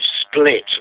split